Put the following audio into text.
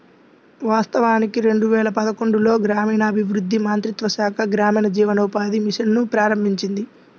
వాస్తవానికి రెండు వేల పదకొండులో గ్రామీణాభివృద్ధి మంత్రిత్వ శాఖ గ్రామీణ జీవనోపాధి మిషన్ ను ప్రారంభించింది